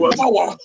power